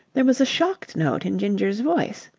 there was a shocked note in ginger's voice.